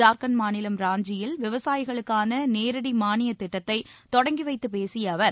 ஜார்க்கண்ட் மாநிலம் ராஞ்சியில் விவசாயிகளுக்கான நேரடி மானிய திட்டத்தை தொடங்கி வைத்துப் பேசிய அவர்